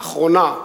לאחרונה,